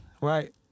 Right